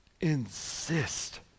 insist